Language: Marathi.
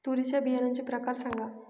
तूरीच्या बियाण्याचे प्रकार सांगा